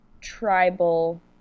tribal